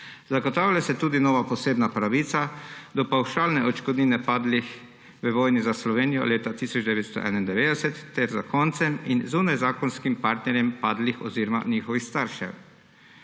Zagotavlja se tudi nova posebna pravica do pavšalne odškodnine padlih v vojni za Slovenijo leta 1991 ter zakoncem in zunajzakonskim partnerjem padlih oziroma njihovih staršev.